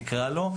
נקרא לו,